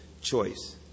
choice